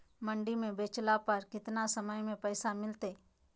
मंडी में बेचला पर कितना समय में पैसा मिलतैय?